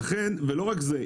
לא רק זה,